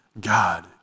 God